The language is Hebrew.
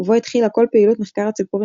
ובו התחילה כל פעילות מחקר הציפורים